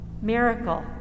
Miracle